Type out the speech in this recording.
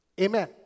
amen